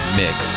mix